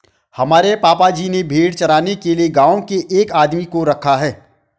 हमारे पापा जी ने भेड़ चराने के लिए गांव के एक आदमी को रखा है